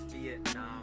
Vietnam